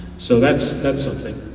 so that's something.